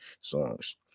songs